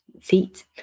feet